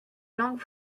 langue